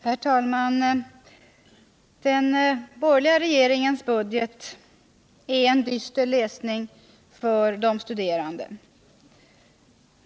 Herr talman! Den borgerliga regeringens budget är en dyster läsning för de studerande.